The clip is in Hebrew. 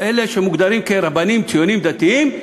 אלה שמוגדרים רבנים ציונים דתיים,